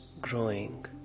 growing